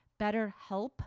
BetterHelp